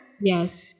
Yes